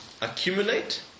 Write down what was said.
accumulate